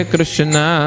Krishna